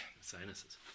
sinuses